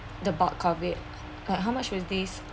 the bulk COVID like how much with this